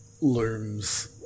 looms